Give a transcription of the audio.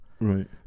Right